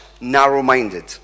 narrow-minded